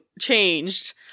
changed